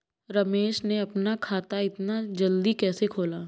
रमेश ने अपना खाता इतना जल्दी कैसे खोला?